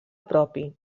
propi